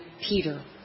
Peter